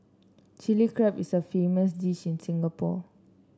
Chilli Crab is a famous dish in Singapore